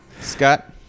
Scott